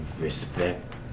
respect